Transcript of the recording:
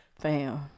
Fam